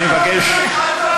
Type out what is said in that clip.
אני מבקש.